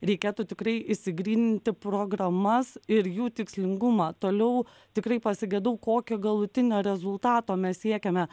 reikėtų tikrai išsigryninti programas ir jų tikslingumą toliau tikrai pasigedau kokio galutinio rezultato mes siekiame